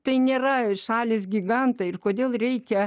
tai nėra šalys gigantai ir kodėl reikia